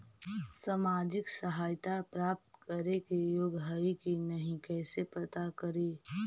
सामाजिक सहायता प्राप्त के योग्य हई कि नहीं कैसे पता करी?